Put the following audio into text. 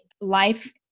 life